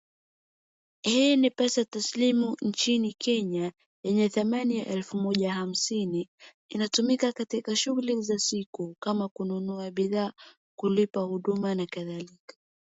Hii ni pesa taslimu nchini Kenya yenye thamani ya elfu moja hamsini. Inatumika katika shughuli za siku kama kununua bidhaa, kulipa huduma na kadhalika.